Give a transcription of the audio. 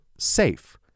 safe